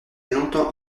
longtemps